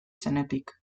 zenetik